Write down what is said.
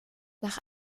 nach